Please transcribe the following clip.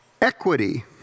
equity